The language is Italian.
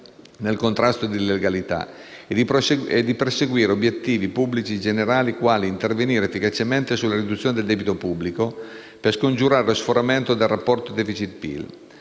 nel contrasto dell'illegalità e di perseguire obiettivi pubblici generali quali intervenire efficacemente sulla riduzione del debito pubblico per scongiurare lo sforamento del rapporto *deficit*-PIL,